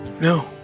No